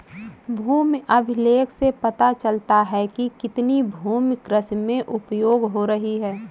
भूमि अभिलेख से पता चलता है कि कितनी भूमि कृषि में उपयोग हो रही है